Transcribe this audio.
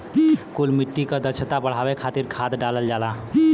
कुछ मिट्टी क क्षमता बढ़ावे खातिर खाद डालल जाला